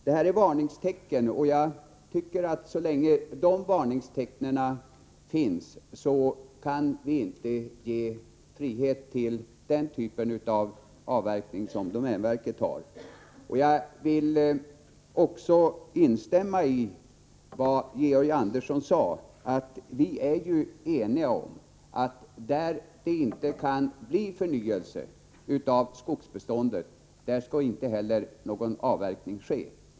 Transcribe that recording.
Detta är varningstecken, och jag tycker att så länge dessa varningstecken finns kan vi inte ge frihet till den typ av avverkning som domänverket bedriver. Jag vill också instämma i vad Georg Andersson sade — att vi är eniga om att där det inte kan bli förnyelse av skogsbeståndet, där skall inte heller någon avverkning ske.